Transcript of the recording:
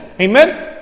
Amen